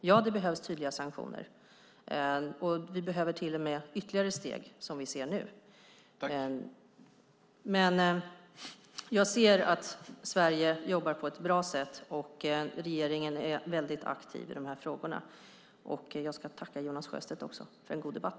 Ja, det behövs tydliga sanktioner. Vi behöver till och med ta ytterligare steg som det ser ut nu. Jag anser att Sverige jobbar på ett bra sätt, och regeringen är mycket aktiv i dessa frågor. Jag tackar Jonas Sjöstedt för en god debatt.